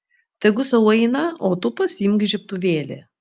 tegu sau eina o tu pasiimk žiebtuvėlį